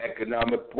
economic